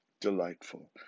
delightful